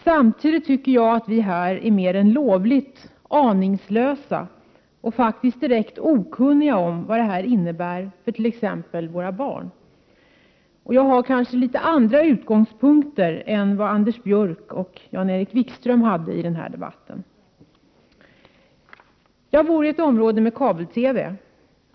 Samtidigt tycker jag att vi här är mer än lovligt aningslösa och faktiskt direkt okunniga om vad det här innebär för t.ex. våra barn. Jag har kanske något annorlunda utgångspunkter än vad Anders Björck och Jan-Erik Wikström haft i den här debatten. Jag bor i ett område med kabel-TV.